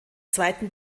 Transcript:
zweiten